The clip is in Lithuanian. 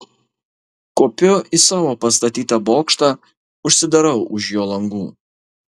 kopiu į savo pastatytą bokštą užsidarau už jo langų